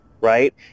right